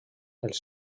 els